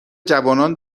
جوانان